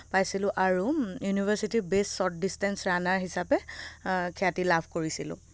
পাইছিলো আৰু ইউনিভাৰ্চিটিৰ বেষ্ট শ্বট ডিষ্টেঞ্চ ৰাণাৰ হিচাপে খ্যাতি লাভ কৰিছিলোঁ